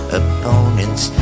opponents